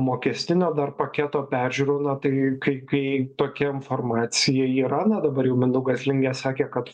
mokestinio dar paketo peržiūrų na tai kai kai tokia informacija yra na dabar jau mindaugas lingė sakė kad